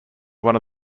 one